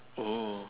oh